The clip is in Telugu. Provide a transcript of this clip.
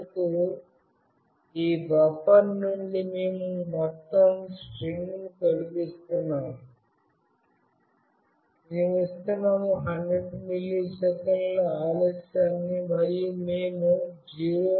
చివరకు ఈ బఫర్ నుండి మేము మొత్తం స్ట్రింగ్ను తొలగిస్తున్నాము మేముఇస్తున్నాము 100 మిల్లీసెకన్ల ఆలస్యాన్నిమరియు మేము 0 తిరిగి ఇస్తాము